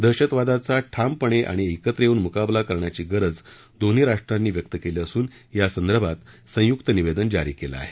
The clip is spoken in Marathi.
दहशतवादाचा ठामपणे आणि एकत्र येऊन मुकाबला करण्याची गरज दोन्ही राष्ट्रांनी व्यक्त केली असून यासंदर्भात संयुक्त निवेदन जारी केलं आहे